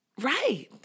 Right